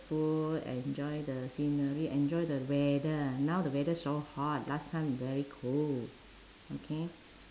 food enjoy the scenery enjoy the weather now the weather so hot last time very cool okay